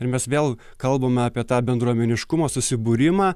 ir mes vėl kalbame apie tą bendruomeniškumo susibūrimą